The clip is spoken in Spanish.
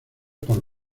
por